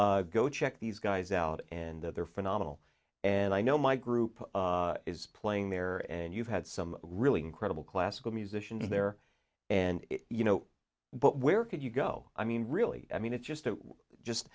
go check these guys out and that they're phenomenal and i know my group is playing there and you've had some really incredible classical musicians there and you know where could you go i mean really i mean it just it just